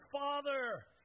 Father